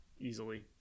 easily